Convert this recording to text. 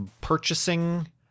purchasing